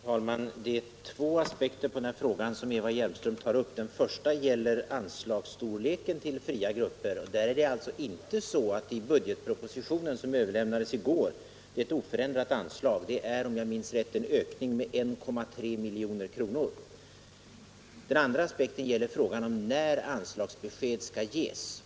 Herr talman! Det finns två aspekter på den fråga som Eva Hjelmström tar upp. Den första gäller storleken på anslagen till fria grupper. Det är alltså inte så att det i budgetpropositionen, som överlämnades i går, föreslås ett oförändrat anslag. Det föreslås, om jag minns rätt, en ökning med 1,3 milj.kr. Den andra aspekten gäller när anslagsbesked skall ges.